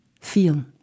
feel